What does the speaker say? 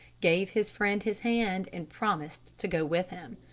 gave his friend his hand and promised to go with him.